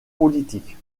politiques